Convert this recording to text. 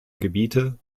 gebiete